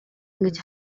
ингэж